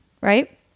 right